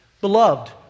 Beloved